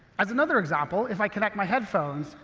as another example, if i connect my headphones,